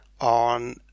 on